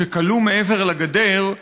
שכלוא מעבר לגדר,